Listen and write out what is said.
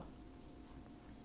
两三个月三个月